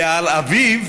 ועל אביו,